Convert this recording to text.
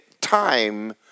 time